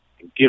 give